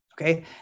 Okay